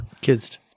kids